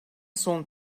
son